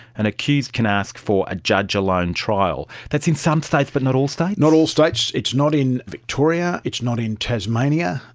an accused can ask for a judge-alone trial. that's in some states but not all states? not all states. it's not in victoria, it's not in tasmania,